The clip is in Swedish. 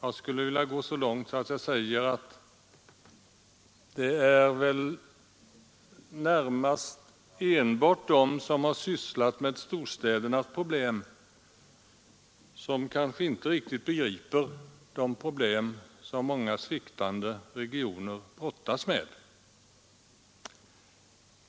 Jag skulle vilja säga att det tycks vara de som har sysslat med storstädernas problem som inte riktigt begriper de problem som många sviktande regioner brottas med.